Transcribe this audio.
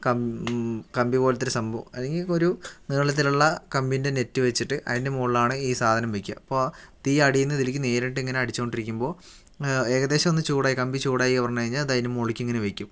come കമ്പി പോൽത്തൊരു സംഭവം അല്ലെങ്കിൽ ഒരു നീളത്തിലുള്ള കമ്പീൻ്റെ നെറ്റ് വച്ചിട്ട് അതിൻ്റെ മുകളിലാണ് ഈ സാധനം വയ്ക്കുക അപ്പോൾ തീ അടിയിൽ നിന്ന് ഇതിലേക്ക് നേരിട്ടിങ്ങനെ അടിച്ചോണ്ടിരിക്കുമ്പോൾ ഏകദേശം ഒന്ന് ചൂടായി കമ്പി ചൂടായിന്ന് പറഞ്ഞ് കഴിഞ്ഞാൽ ഇത് അതിന് മുകളിലേക്ക് ഇങ്ങനെ വക്കും